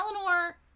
Eleanor